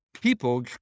people